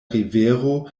rivero